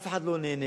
אף אחד לא נהנה.